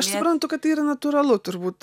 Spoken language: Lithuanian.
aš suprantu kad tai yra natūralu turbūt